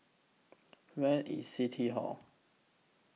Where IS City Hall